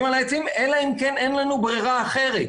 על העצים אלא אם כן אין לנו ברירה אחרת.